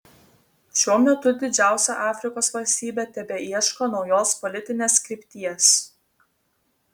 šiuo metu didžiausia afrikos valstybė tebeieško naujos politinės krypties